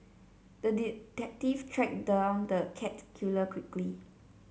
the detective tracked down the cat killer quickly